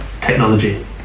technology